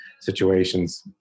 situations